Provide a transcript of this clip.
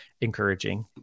encouraging